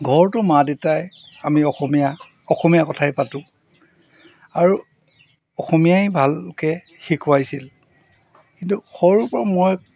ঘৰটো মা দেউতাই আমি অসমীয়া অসমীয়া কথাই পাতোঁ আৰু অসমীয়াই ভালকৈ শিকাইছিল কিন্তু সৰুৰপৰা মই